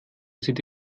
sieht